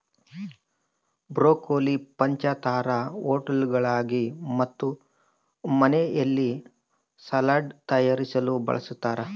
broccoli ಪಂಚತಾರಾ ಹೋಟೆಳ್ಗುಳಾಗ ಮತ್ತು ಮನೆಯಲ್ಲಿ ಸಲಾಡ್ ತಯಾರಿಸಲು ಬಳಸತಾರ